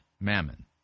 mammon